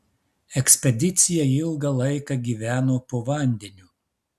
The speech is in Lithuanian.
ekspedicija ilgą laiką gyveno po vandeniu